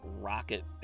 rocket